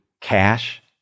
cash